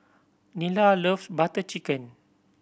Nila love Butter Chicken